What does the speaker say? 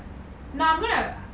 no I'm gonna